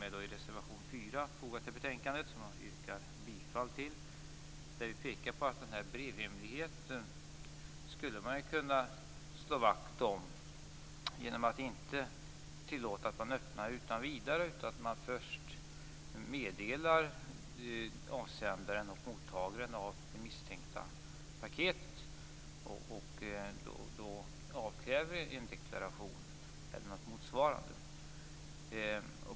Det gäller reservation 4, som är fogad till betänkandet och som jag yrkar bifall till, där vi pekar på att man skulle kunna slå vakt om brevhemligheten genom att inte tillåta att man öppnar utan vidare. I stället skulle man först meddela avsändaren och mottagaren av det misstänkta paketet och kräva en deklaration eller något motsvarande.